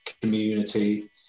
community